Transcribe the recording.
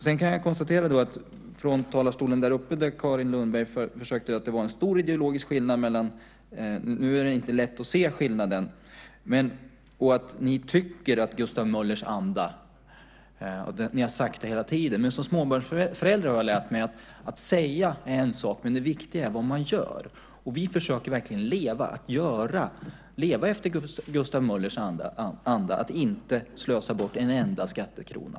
Jag kan konstatera att något har ändrats från talarstolen där uppe, där Carin Lundberg försökte med att det var en stor ideologisk skillnad. Nu är det inte lätt att se skillnaden. Ni tycker att ni har talat om Gustav Möllers anda hela tiden. Men som småbarnsförälder har jag lärt mig det här: Att säga är en sak, men det viktiga är vad man gör. Vi försöker verkligen göra detta, leva i Gustav Möllers anda och inte slösa bort en enda skattekrona.